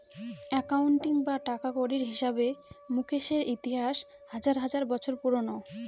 accounting বা টাকাকড়ির হিসাবে মুকেশের ইতিহাস হাজার হাজার বছর পুরোনো